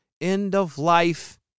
end-of-life